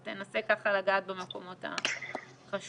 אז תנסה לגעת במקומות החשובים.